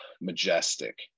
majestic